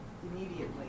immediately